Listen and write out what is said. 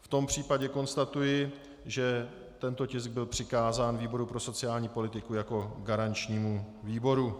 V tom případě konstatuji, že tento tisk byl přikázán výboru pro sociální politiku jako garančnímu výboru.